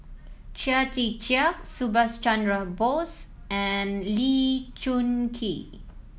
Chia Tee Chiak Subhas Chandra Bose and Lee Choon Kee